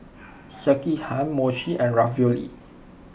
Sekihan Mochi and Ravioli